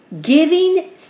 Giving